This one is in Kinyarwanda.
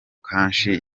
kashi